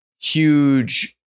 huge